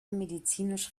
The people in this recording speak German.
medizinisch